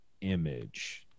image